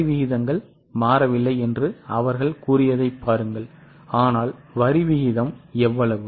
வரி விகிதங்கள் மாறவில்லை என்று அவர்கள் கூறியதைப் பாருங்கள் ஆனால் வரி விகிதம் எவ்வளவு